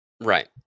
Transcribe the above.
Right